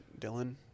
Dylan